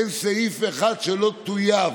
אין סעיף אחד שלא טויב.